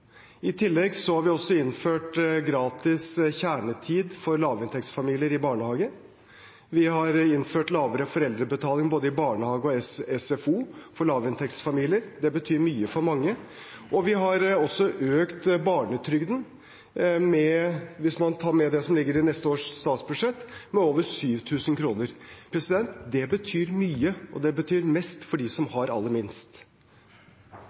I tillegg har vi innført gratis kjernetid for lavinntektsfamilier i barnehage, vi har innført lavere foreldrebetaling både i barnehage og SFO for lavinntektsfamilier – det betyr mye for mange – og vi har økt barnetrygden med over 7 000 kr, hvis man tar med det som ligger i neste års statsbudsjett. Det betyr mye, og det betyr mest for dem som har aller minst.